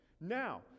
Now